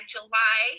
July